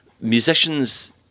musicians